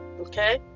Okay